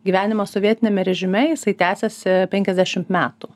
gyvenimas sovietiniame režime jisai tęsėsi penkiasdešimt metų